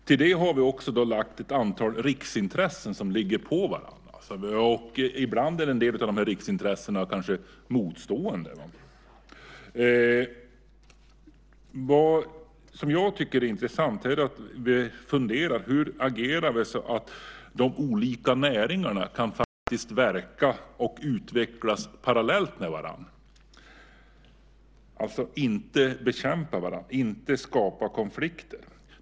Till detta kommer ett antal riksintressen som liksom ligger på varandra. Ibland är en del av de här riksintressena kanske motstående. Vad jag tycker är intressant är att fundera på hur vi agerar så att de olika näringarna kan verka och utvecklas parallellt - alltså så att de inte bekämpar varandra och inte skapar konflikter.